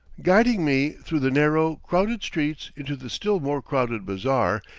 guiding me through the narrow, crowded streets into the still more crowded bazaar,